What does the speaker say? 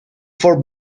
for